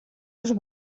als